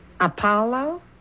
Apollo